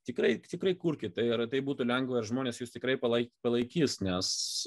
tikrai tikrai kurkit tai yra tai būtų lengva ir žmonės jus tikrai palai palaikys nes